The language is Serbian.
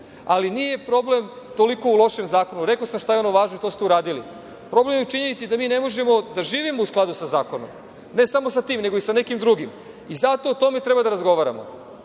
Nije problem toliko u lošem zakonu. Rekao sam šta je veoma važno, i to ste uradili. Problem je u činjenici da mi ne možemo da živimo u skladu sa zakonom, ne samo sa tim, nego i sa nekim drugim. Zato o tome treba da razgovaramo.